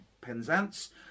Penzance